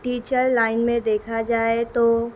teacher line میں دیکھا جائے تو